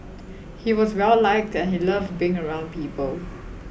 he was well liked and he loved being around people